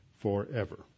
forever